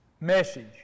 message